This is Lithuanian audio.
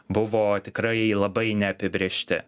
buvo tikrai labai neapibrėžti